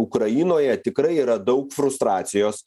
ukrainoje tikrai yra daug frustracijos